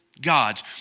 Gods